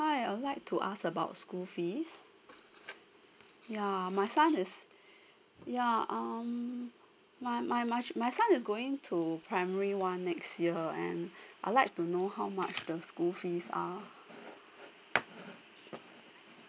hi I would like to ask about school fees yeah my son is yeah um my my my son is going to primary one next year and I like to know how much the school fees are